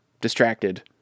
Distracted